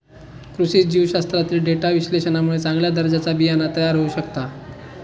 कृषी जीवशास्त्रातील डेटा विश्लेषणामुळे चांगल्या दर्जाचा बियाणा तयार होऊ शकता